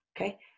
okay